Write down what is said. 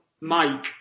Mike